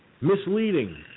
Misleading